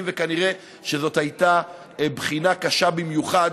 ונראה שזאת הייתה בחינה קשה במיוחד,